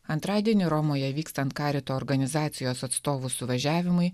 antradienį romoje vykstant karito organizacijos atstovų suvažiavimui